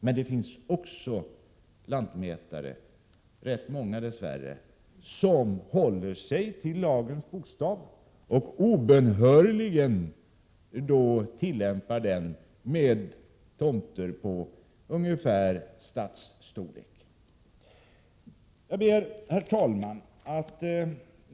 Men det finns också, dess värre, ganska många lantmätare som håller sig till lagens bokstav och som obönhörligen endast medger tomter av stadsstorlek. Herr talman!